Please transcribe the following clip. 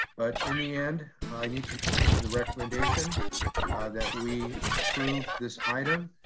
but in the end, i need to make the recommendation that we approve this item,